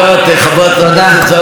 חברת הכנסת זנדברג,